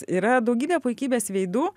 yra daugybė puikybės veidų